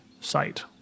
site